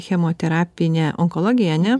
chemoterapinę onkologiją ane